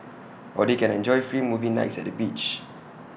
or they can enjoy free movie nights at the beach